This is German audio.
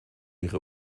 ihre